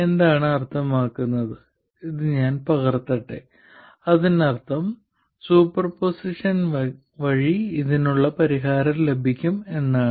എന്താണ് അർത്ഥമാക്കുന്നത് ഞാൻ ഇത് പകർത്തട്ടെ അതിനർത്ഥം സൂപ്പർപോസിഷൻ വഴി ഇതിനുള്ള പരിഹാരം ലഭിക്കും എന്നാണ്